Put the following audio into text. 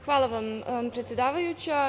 Hvala vam predsedavajuća.